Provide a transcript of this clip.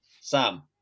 Sam